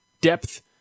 Depth